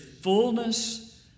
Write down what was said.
fullness